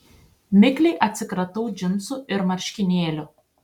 mikliai atsikratau džinsų ir marškinėlių